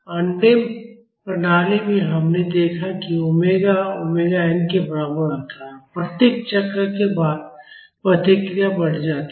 undamped प्रणाली में हमने देखा है कि ओमेगा ओमेगा n के बराबर होता है और प्रत्येक चक्र के बाद प्रतिक्रिया बढ़ जाती है